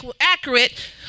accurate